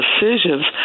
decisions